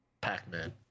Pac-Man